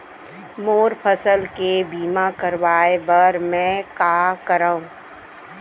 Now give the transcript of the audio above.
मोर फसल के बीमा करवाये बर में का करंव?